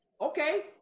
Okay